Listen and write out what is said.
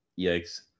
yikes